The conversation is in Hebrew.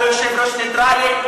אבל אתה לא יושב-ראש נייטרלי.